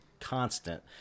constant